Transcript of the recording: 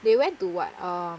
they went to what uh